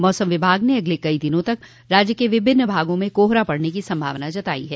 मौसम विभाग ने अगले कई दिनों तक राज्य के विभिन्न भागों में कोहरा पड़ने की संभावना जतायी है